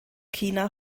china